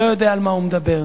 לא יודע על מה הוא מדבר.